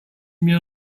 mir